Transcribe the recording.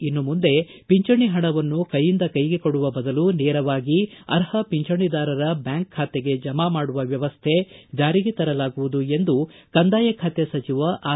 ಇನ್ನು ಮುಂದೆ ಪಿಂಚಣಿ ಪಣವನ್ನು ಕೈಯಿಂದ ಕೈಗೆ ಕೊಡುವ ಬದಲು ನೇರವಾಗಿ ಅರ್ಹ ಖಂಚಣಿದಾರರ ಬ್ಯಾಂಕ್ ಖಾತೆಗೆ ಜಮೆ ಮಾಡುವ ವ್ಯವಸ್ಟೆ ಜಾರಿಗೆ ತರಲಾಗುವುದು ಎಂದು ಕಂದಾಯ ಖಾತೆ ಸಚಿವ ಆರ್